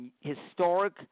historic